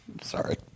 Sorry